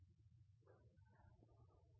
reise